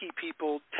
people